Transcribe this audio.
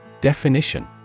Definition